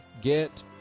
get